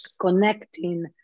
connecting